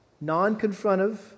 non-confrontive